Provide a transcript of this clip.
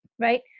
right